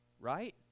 Right